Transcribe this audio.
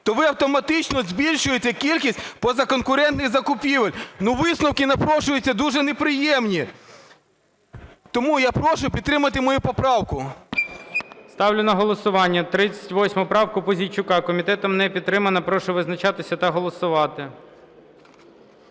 то ви автоматично збільшуєте кількість позаконкурентних закупівель, ну, висновки напрошуються дуже неприємні. Тому я прошу підтримати мою поправку. ГОЛОВУЮЧИЙ. Ставлю на голосування 38 правку Пузійчука. Комітетом не підтримана. Прошу визначатися та голосувати.